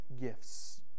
gifts